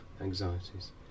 anxieties